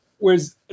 Whereas